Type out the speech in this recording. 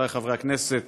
חבריי חברי הכנסת,